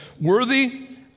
worthy